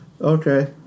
Okay